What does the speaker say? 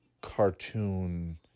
cartoon